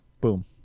Boom